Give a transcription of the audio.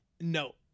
No